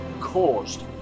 caused